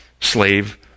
slave